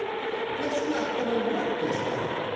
that's not gonna work this time,